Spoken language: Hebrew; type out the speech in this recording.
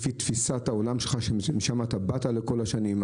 לפי תפיסת העולם שלך שמשם אתה באת כל השנים.